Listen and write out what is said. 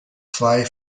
zwei